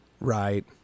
Right